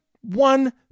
one